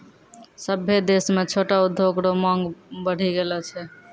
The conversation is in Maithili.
सभ्भे देश म छोटो उद्योग रो मांग बड्डी बढ़ी गेलो छै